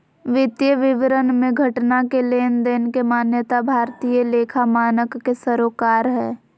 वित्तीय विवरण मे घटना के लेनदेन के मान्यता भारतीय लेखा मानक के सरोकार हय